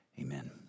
amen